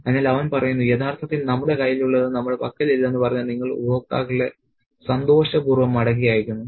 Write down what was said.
അതിനാൽ അവൻ പറയുന്നു യഥാർത്ഥത്തിൽ നമ്മുടെ കയ്യിൽ ഉള്ളത് നമ്മുടെ പക്കലില്ലെന്ന് പറഞ്ഞ് നിങ്ങൾ ഉപഭോക്താക്കളെ സന്തോഷപൂർവ്വം മടക്കി അയക്കുന്നു